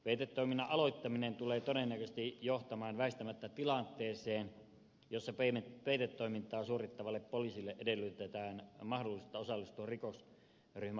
peitetoiminnan aloittaminen tulee todennäköisesti johtamaan väistämättä tilanteeseen jossa peitetoimintaa suorittavalta poliisilta edellytetään mahdollisuutta osallistua rikosryhmän laittomaan toimintaan